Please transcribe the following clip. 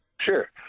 Sure